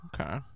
okay